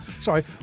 sorry